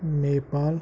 Nepal